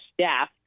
staff